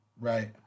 Right